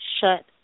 shut